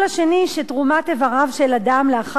שתרומת איבריו של אדם לאחר מותו,